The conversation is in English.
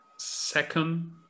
second